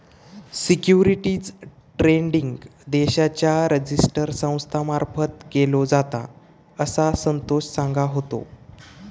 securities trading देशाच्या register संस्था मार्फत केलो जाता, असा संतोष सांगा होतो